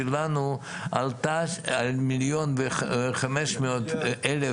שלנו עלתה מיליארד וחמש מאות מיליון